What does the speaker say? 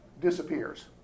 disappears